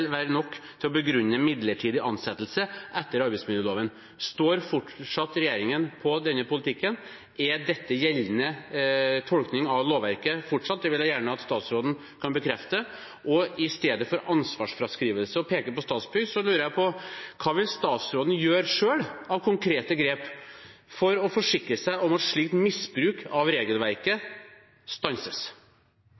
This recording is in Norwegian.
være nok til å begrunne midlertidig ansettelse etter arbeidsmiljøloven.» Står regjeringen fortsatt på denne politikken? Er dette gjeldende tolkning av lovverket fortsatt? Det vil jeg gjerne at statsråden kan bekrefte. I stedet for ansvarsfraskrivelse og å peke på Statsbygg lurer jeg på: Hvilke konkrete grep vil statsråden selv ta for å forsikre seg om at slikt misbruk av regelverket